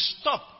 stop